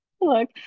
look